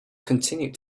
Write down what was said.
continued